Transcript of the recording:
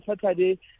Saturday